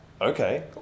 Okay